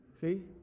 See